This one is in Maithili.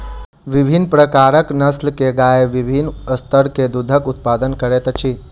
विभिन्न प्रकारक नस्ल के गाय के विभिन्न स्तर के दूधक उत्पादन करैत अछि